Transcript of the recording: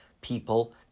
people